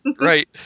Right